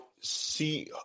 see